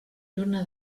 lluna